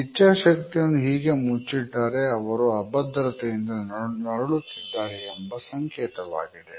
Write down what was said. ಇಚ್ಛಾಶಕ್ತಿಯನ್ನು ಹೀಗೆ ಮುಚ್ಚಿಟ್ಟರೆ ಅವರು ಅಭದ್ರತೆಯಿಂದ ನರಳುತ್ತಿದ್ದಾರೆ ಎಂಬ ಸಂಕೇತವಾಗಿದೆ